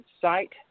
site